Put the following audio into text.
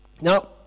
Now